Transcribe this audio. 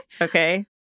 okay